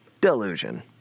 Delusion